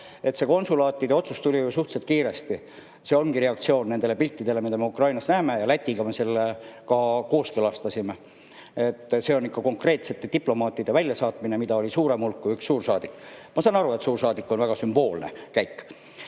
See konsulaatide otsus tuli ju suhteliselt kiiresti. See ongi reaktsioon nendele piltidele, mida me Ukrainas näeme. Lätiga me selle ka kooskõlastasime. See oli ikka konkreetsete diplomaatide väljasaatmine, neid oli rohkem kui üks suursaadik. Ma saan aru, et suursaadiku [väljasaatmine] on väga sümboolne käik.